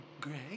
Greg